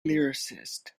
lyricist